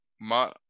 ma